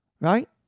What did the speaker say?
right